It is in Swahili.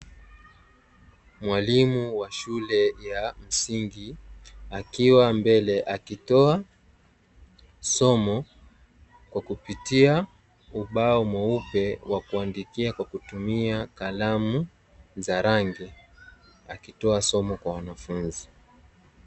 Mwalimu wa shule ya msingi akiwa mbele akitoa somo kwa kupitia ubao mweupe wa kuandikia kwa kutumia kalamu za rangi, akitoa somo kwa wanafunzi.